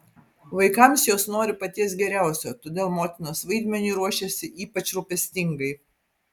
vaikams jos nori paties geriausio todėl motinos vaidmeniui ruošiasi ypač rūpestingai